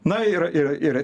na ir ir ir